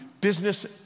business